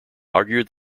argued